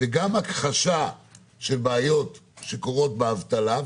וגם הכחשה של בעיות שקורות באבטלה.